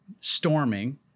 storming